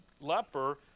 leper